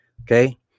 okay